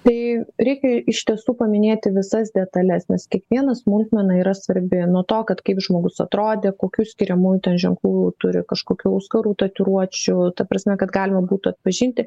tai reikia iš tiesų paminėti visas detales nes kiekviena smulkmena yra svarbi nuo to kad kaip žmogus atrodė kokių skiriamųjų ženklų turi kažkokių auskarų tatuiruočių ta prasme kad galima būtų atpažinti